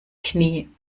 knie